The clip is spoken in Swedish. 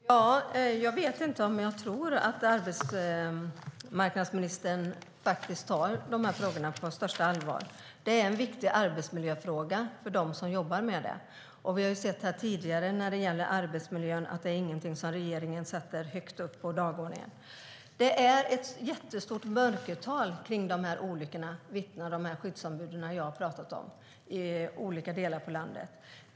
Fru talman! Jag vet inte om jag tror att arbetsmarknadsministern tar de här frågorna på största allvar. Det är en viktig arbetsmiljöfråga för dem som jobbar med det. Vi har tidigare sett att arbetsmiljön inte är någonting som regeringen sätter högt på dagordningen. Det finns ett stort mörkertal vad gäller dessa olyckor, vilket de skyddsombud i olika delar av landet som jag talat med vittnar om.